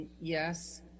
Yes